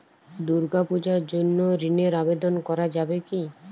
দুর্গাপূজার জন্য ঋণের আবেদন করা যাবে কি?